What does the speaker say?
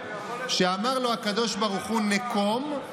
שאמר לו הקדוש ברוך הוא: "נקם,